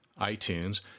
iTunes